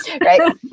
right